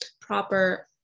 proper